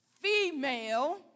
female